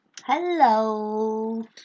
Hello